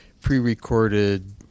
pre-recorded